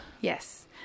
Yes